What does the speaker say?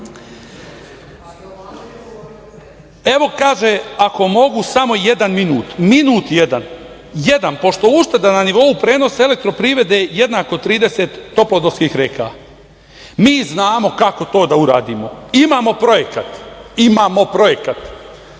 kaže – ako mogu samo jedan minut, minut jedan, jedan pošto ušteda na nivou prenosa Elektroprivrede je jednako 30 toplodovskih reka. Mi znamo kako to da uradimo. Imamo projekat da napravimo